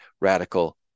radical